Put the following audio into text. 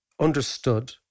understood